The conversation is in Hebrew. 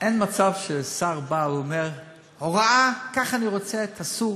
אין מצב ששר בא ואומר: הוראה, ככה אני רוצה שתעשו.